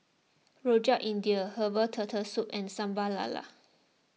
Rojak India Herbal Turtle Soup and Sambal Lala